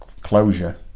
closure